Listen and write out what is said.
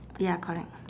ya correct